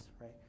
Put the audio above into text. right